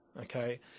Okay